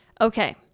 Okay